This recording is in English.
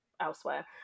elsewhere